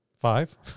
five